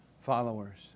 followers